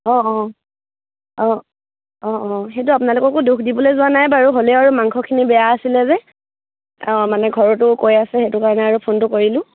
অঁ অঁ অঁ অঁ অঁ সেইটো আপোনালোককো দোষ দিবলৈ যোৱা নাই বাৰু হ'লেও আৰু মাংসখিনি বেয়া আছিলে যে অঁ মানে ঘৰতো কৈ আছে সেইটো কাৰণে আৰু ফোনটো কৰিলোঁ